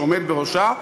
שעומד בראשה: